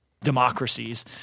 democracies